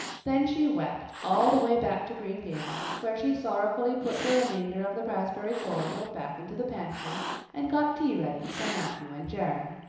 then she wept all the way back to green gables, where she sorrowfully put the remainder of the raspberry cordial back into the pantry and got tea ready for matthew and jerry,